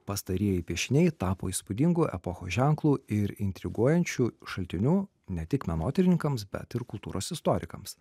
pastarieji piešiniai tapo įspūdingu epochos ženklu ir intriguojančiu šaltiniu ne tik menotyrininkams bet ir kultūros istorikams